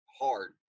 hard